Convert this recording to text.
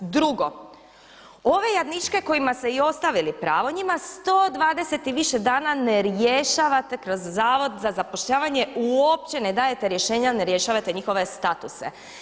Drugo, ove jadničke kojima se i ostavili pravo njima 120 i više dana ne rješavate kroz Zavod za zapošljavanje uopće ne dajte rješenja, ne rješavate njihove statuse.